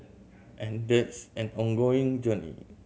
and that's an ongoing journey